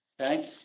okay